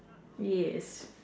yes